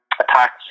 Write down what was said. attacks